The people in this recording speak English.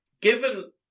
Given